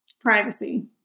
Privacy